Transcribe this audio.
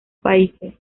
países